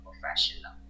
professional